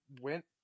went